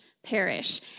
perish